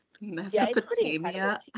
Mesopotamia